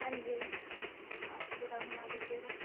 जी हाँ पूरा घुमा दीजिएगा